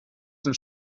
den